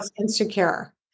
insecure